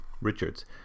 Richards